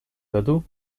году